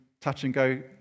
touch-and-go